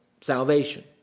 salvation